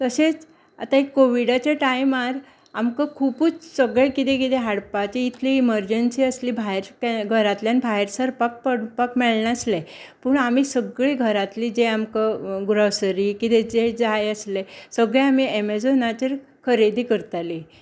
तशेंच आतां एक कोविडाच्या टायमार आमकां खुबूच सगळे कितें कितें हाडपाचें इतली ईमर्जन्सी आसली भायर घरांतल्यान भायर सरपाक पडपाक मेळनासलें पूण आमी सगळीं घरांतलें जें आमकां ग्रॉसरी कितेंय जाय आसलें सगळें आमी एमेझोनाचेर खरेदी करतालीं